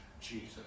Jesus